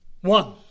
one